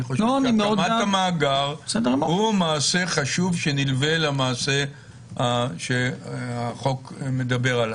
אני חושב שהקמת המאגר היא מעשה חשוב שנלווה למעשה שהחוק מדבר עליו.